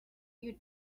you